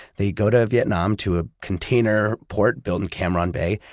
they go to vietnam to a container port built in cam ranh bay,